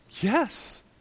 Yes